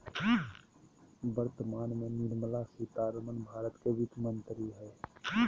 वर्तमान में निर्मला सीतारमण भारत के वित्त मंत्री हइ